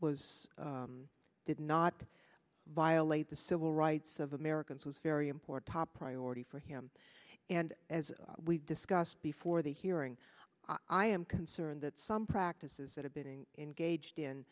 was did not violate the civil rights of americans was very top priority for him and as we discussed before the hearing i am concerned that some practices that have been engaged in